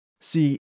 See